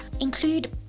include